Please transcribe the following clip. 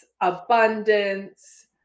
abundance